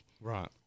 Right